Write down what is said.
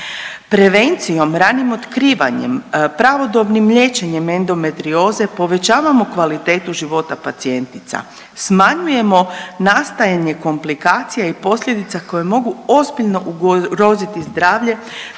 Prevencijom, ranim otkrivanjem, pravodobnim liječenjem endometrioze povećavamo kvalitetu života pacijentica, smanjujemo nastajanje komplikacija i posljedica koje mogu ozbiljno ugroziti zdravlje